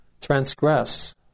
transgress